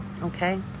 Okay